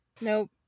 Nope